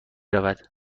رود